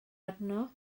arno